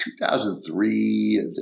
2003